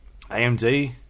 AMD